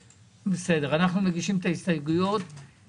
ולגבי הכסף של אז, של 2015?